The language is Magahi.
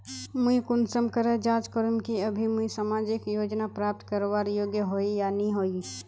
मुई कुंसम करे जाँच करूम की अभी मुई सामाजिक योजना प्राप्त करवार योग्य होई या नी होई?